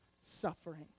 suffering